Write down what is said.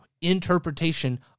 interpretation